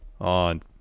on